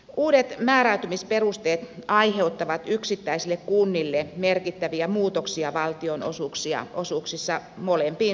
uudet määräytymisperusteet aiheuttavat yksittäisille kunnille merkittäviä muutoksia valtionosuuksissa molempiin suuntiin